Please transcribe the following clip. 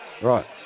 Right